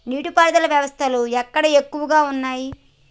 నీటి పారుదల వ్యవస్థలు ఎక్కడ ఎక్కువగా ఉన్నాయి?